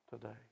today